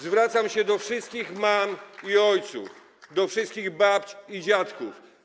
Zwracam się do wszystkich mam i ojców, do wszystkich babć i dziadków.